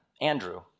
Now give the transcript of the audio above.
Andrew